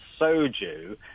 Soju